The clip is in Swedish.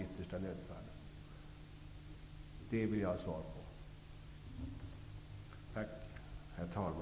Detta vill jag ha svar på.